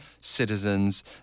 citizens